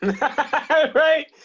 Right